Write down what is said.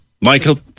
Michael